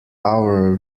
our